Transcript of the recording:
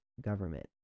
government